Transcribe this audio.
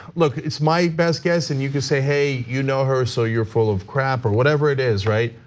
look it's my best guess and you can say hey, you know her so you're full of crap or whatever it is, right?